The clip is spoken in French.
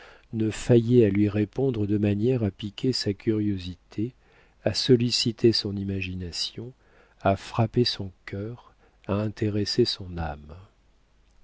ne faillait à lui répondre de manière à piquer sa curiosité à solliciter son imagination à frapper son cœur à intéresser son âme